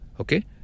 Okay